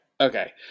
okay